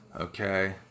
Okay